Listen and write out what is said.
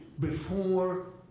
before